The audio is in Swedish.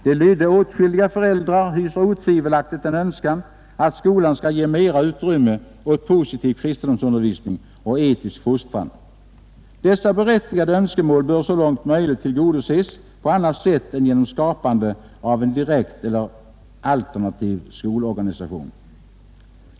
Det lydde: ”Åtskilliga föräldrar hyser otvivelaktigt en önskan att skolan skall ge mera utrymme åt positiv kristendomsundervisning och etisk fostran. Dessa berättigade önskemål bör så långt möjligt tillgodoses på annat sätt än genom skapande av en direkt alternativ skolorganisation.